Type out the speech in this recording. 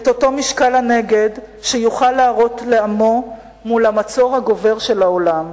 את אותו משקל הנגד שיוכל להראות לעמו מול המצור הגובר של העולם.